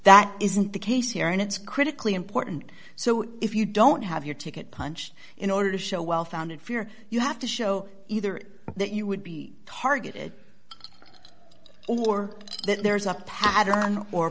that isn't the case here and it's critically important so if you don't have your ticket punched in order to show well founded fear you have to show either that you would be targeted or that there's a pattern or